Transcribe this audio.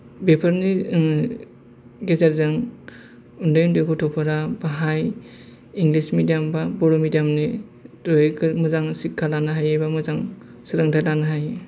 बेफोरनि ओ गेजेरजों उन्दै उन्दै गथ'फोरा बाहाय इंलिस मिडियाम बा बर' मिडियामनि थ्रुयै मोजां सिक्खा लानो हायो एबा मोजां सोलोंथाइ लानो हायो